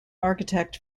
architect